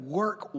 work